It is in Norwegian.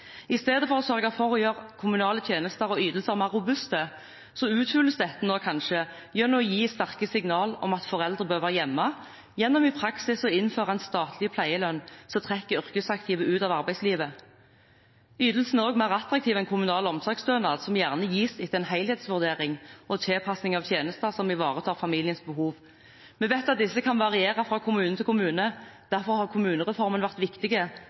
I stedet for å sørge for å gjøre kommunale tjenester og ytelser mer robuste uthules dette kanskje nå gjennom å gi sterke signaler om at foreldre bør være hjemme, gjennom i praksis å innføre en statlig pleielønn som trekker yrkesaktive ut av arbeidslivet. Ytelsen er også mer attraktiv enn kommunal omsorgsstønad, som gjerne gis etter en helhetsvurdering og tilpassing av tjenester som ivaretar familiens behov. Vi vet at disse kan variere fra kommune til kommune, og derfor har kommunereformen vært viktig